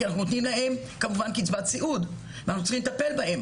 כי אנחנו נותנים להם קצבת סיעוד ואנחנו צריכים לטפל בהם.